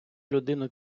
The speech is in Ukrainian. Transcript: людину